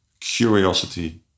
curiosity